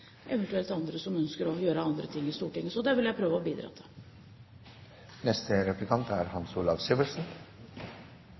andre som ønsker å gjøre andre ting i Stortinget. Så det vil jeg prøve å bidra